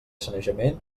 sanejament